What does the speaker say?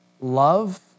Love